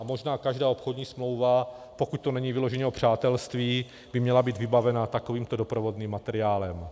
A možná každá obchodní smlouva, pokud to není vyloženě o přátelství, by měla být vybavena takovýmto doprovodným materiálem.